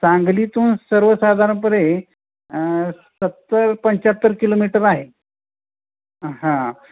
सांगलीतून सर्वसाधारणपणे सत्तर पंच्याहत्तर किलोमीटर आहे हां